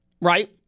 right